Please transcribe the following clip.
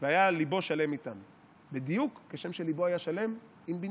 והיה ליבו שלם איתם בדיוק כשם שליבו היה שלם עם בנימין.